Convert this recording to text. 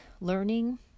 learning